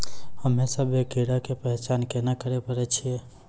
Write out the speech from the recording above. हम्मे सभ्भे कीड़ा के पहचान केना करे पाड़ै छियै?